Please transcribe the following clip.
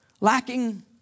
lacking